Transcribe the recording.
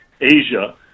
Asia